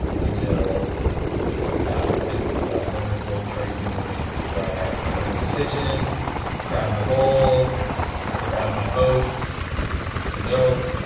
until that morning, that wonderful crazy morning, where i went to the kitchen grabbed my bowl grabbed my oats some milk,